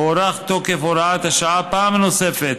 הוארך תוקף הוראת השעה פעם נוספת,